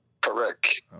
Correct